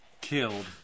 killed